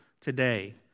today